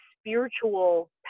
spiritual